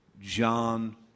John